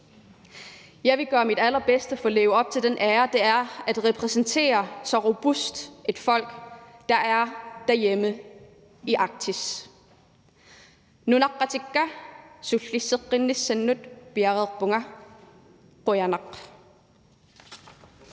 Jeg vil gøre mit allerbedste for at leve op til den ære, det er at repræsentere så robust et folk, som der er derhjemme i Arktis.